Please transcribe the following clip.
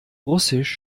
russisch